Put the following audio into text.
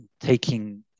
taking